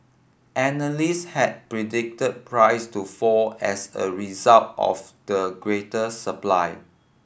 analyst had predicted price to fall as a result of the greater supply